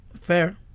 fair